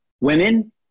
Women